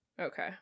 Okay